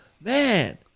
man